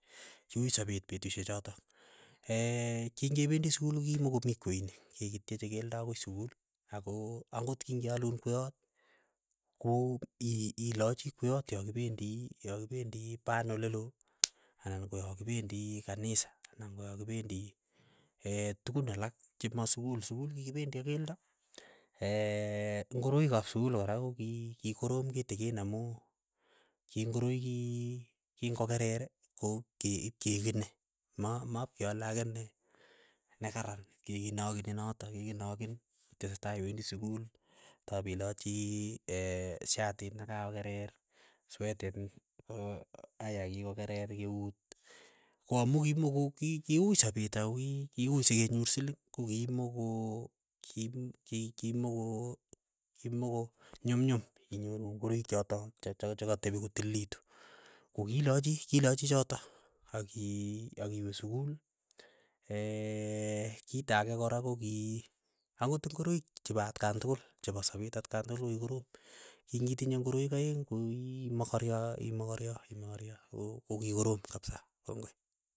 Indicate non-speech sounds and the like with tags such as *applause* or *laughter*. Ki uui sapeet petushek chotok, *hesitation* king'ependi sukul kokimokomi kweinik, kikityeche keldo akoi sukul, ako ang'ot king'ealun kweiyot ko i- ilochi kweyot ya kipendi ya kipendi pan olelo, ana ko ya kipendi kanisa, anan ko ya kipendi *hesitation* tukun alak chemo sukul, sukul kikipendi ak keldo *hesitation* ngoroik ap sukul kora ko ki kikorom kitikin amu kingoroik ki ki ng'okerer ko ki ipkekine, ma mapkeale ake ne nekaran, ki kinakini notok, kinakini itesetai iwendi sukul, tap ilachi *hesitation* shatiit ne kakokerer, swetet *hesitation* aya kikokerer keuut, ko amu kimoko ki- kiuu sapeet ako ki ki uy sekenyor siling, kokimoko kim- ki- ki- kimoko kimoko nyum yum inyoru ngoroik choto cha- cha chakatepi kotililitu, kokilachi kilachi chotok aki akiwe sukul *hesitation* kita ake kora koki ang'ot ingoroik chepa atkan tukul, chepa sapet atkan tukul kokikorom, king'itinye ngoroik aeng' koki mokorio ii mokorio ii mokorio ko kikorom kapsa, kongoi.